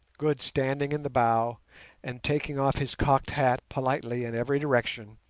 good standing in the bow and taking off his cocked hat politely in every direction,